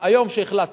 היום שהחלטנו,